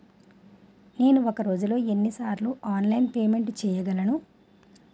నేను ఒక రోజులో ఎన్ని సార్లు ఆన్లైన్ పేమెంట్ చేయగలను?